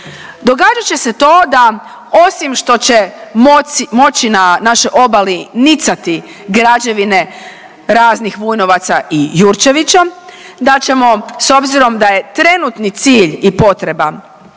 Događat će se to da osim što će moći na našoj obali nicati građevine raznih Vujnovaca i Jurčevića da ćemo s obzirom da je trenutni cilj i potreba